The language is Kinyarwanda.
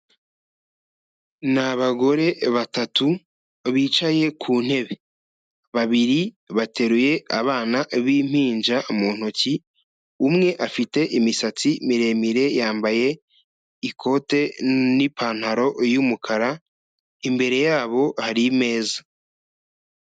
Ni abagore batatu bicaye ku ntebe, babiri bateruye abana b'impinja mu ntoki, umwe afite imisatsi miremire yambaye ikote n'ipantaro y'umukara, imbere yabo hari imeza.